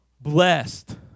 Blessed